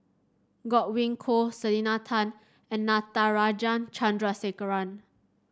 Godwin Koay Selena Tan and Natarajan Chandrasekaran